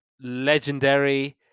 legendary